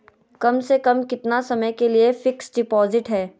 कम से कम कितना समय के लिए फिक्स डिपोजिट है?